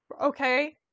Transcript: Okay